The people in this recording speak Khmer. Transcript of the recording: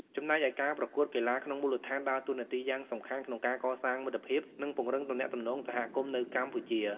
ចំណែកឯ ការប្រកួតកីឡាក្នុងមូលដ្ឋានដើរតួនាទីយ៉ាងសំខាន់ក្នុងការកសាងមិត្តភាព និងពង្រឹងទំនាក់ទំនងសហគមន៍នៅកម្ពុជា។